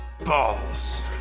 Balls